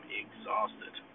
exhausted